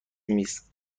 میز